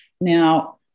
Now